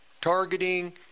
Targeting